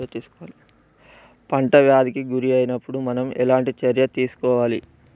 పంట వ్యాధి కి గురి అయినపుడు మనం ఎలాంటి చర్య తీసుకోవాలి?